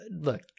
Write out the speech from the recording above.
Look